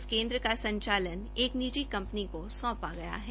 इस केन्द्र का संचालन एक निजी कंपनी को सौंपा गया है